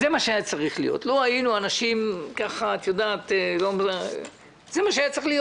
לו היינו אנשים שלא מבינים זה מה שהיה צריך להיות: